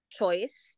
choice